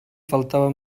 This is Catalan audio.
faltava